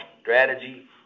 strategy